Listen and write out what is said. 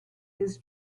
his